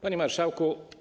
Panie Marszałku!